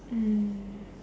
mm